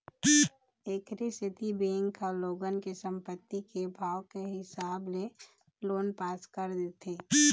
एखरे सेती बेंक ह लोगन के संपत्ति के भाव के हिसाब ले लोन पास कर देथे